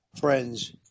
friends